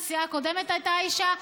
הנשיאה הקודמת הייתה אישה,